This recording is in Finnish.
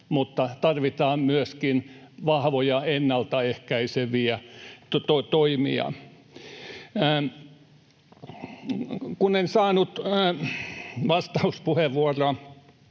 mutta tarvitaan myöskin vahvoja ennaltaehkäiseviä toimia. Kun en saanut vastauspuheenvuoroa